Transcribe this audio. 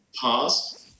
past